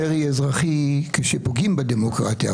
מרי אזרחי כשפוגעים בדמוקרטיה,